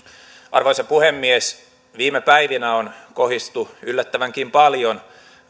arvoisa puhemies viime päivinä on kohistu yllättävänkin paljon